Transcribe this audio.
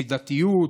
מידתיות,